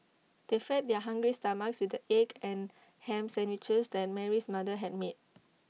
they fed their hungry stomachs with the egg and Ham Sandwiches that Mary's mother had made